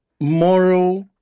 moral